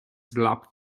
slapped